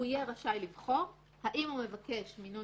הוא יהיה רשאי לבחור האם הוא מבקש מינוי